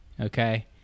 Okay